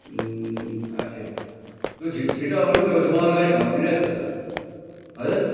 अच्छा लु छिटो छिटो आउनु नि त उसो भए अरू गाडी भन्दिनँ है त त्यसो भए हजुर